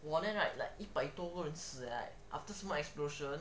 !wah! then right like 一百多个人死 after small explosion